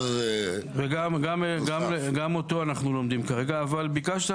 גם אותו אנחנו לומדים כרגע אבל ביקשת,